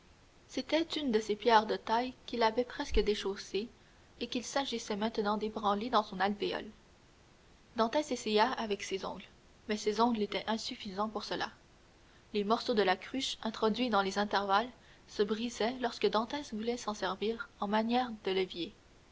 c'était une de ces pierres de taille qu'il avait presque déchaussée et qu'il s'agissait maintenant d'ébranler dans son alvéole dantès essaya avec ses ongles mais ses ongles étaient insuffisants pour cela les morceaux de la cruche introduits dans les intervalles se brisaient lorsque dantès voulait s'en servir en manière de levier